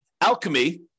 alchemy